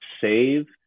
save